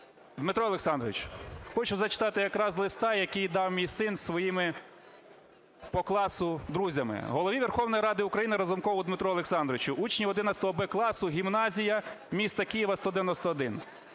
Дмитро Олександрович, хочу зачитати якраз листа, який дав мій син зі своїми по класу друзями. "Голові Верховної Ради України Разумкову Дмитру Олександровичу. Від учнів 11-Б класу, гімназія міста Києва 191.